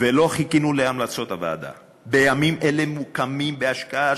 ולא חיכינו להמלצות הוועדה: בימים אלה מוקמים בהשקעה